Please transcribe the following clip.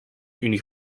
unie